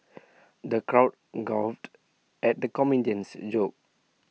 the crowd guffawed at the comedian's jokes